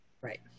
Right